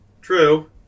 true